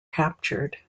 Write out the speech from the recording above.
captured